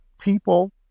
people